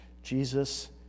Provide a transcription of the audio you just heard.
Jesus